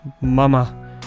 Mama